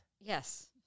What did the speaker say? Yes